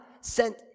sent